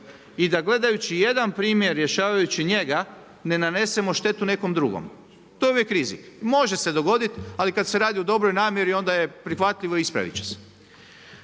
i da gledajući jedan primjer i rješavajući njega, ne nanesemo štetu nekom drugom. To je uvijek rizik. Može se dogoditi, ali kad se radi o dobroj namjeri, onda je prihvatljivo i ispraviti će se.